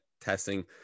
testing